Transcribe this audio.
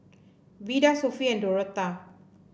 Vida Sophie and Dorotha